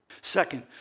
Second